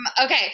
okay